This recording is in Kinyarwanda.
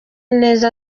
neza